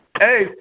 Hey